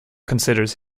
considers